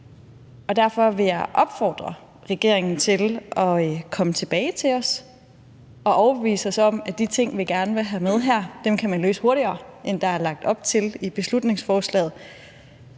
Derfor vil jeg opfordre regeringen til at komme tilbage til os og overbevise os om, at de ting, vi gerne vil have med her, kan man hurtigere finde en løsning for, end der er lagt op til i beslutningsforslaget,